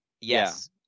Yes